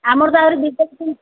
ଆମର ତ ଆହୁରି